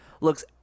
looks